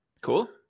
Cool